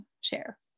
share